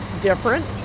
different